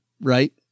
right